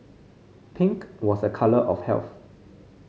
pink was a colour of health